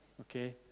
okay